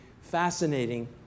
fascinating